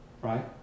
Right